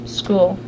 school